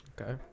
Okay